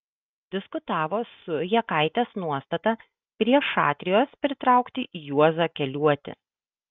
diskutavo su jakaitės nuostata prie šatrijos pritraukti juozą keliuotį